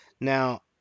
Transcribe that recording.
Now